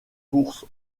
course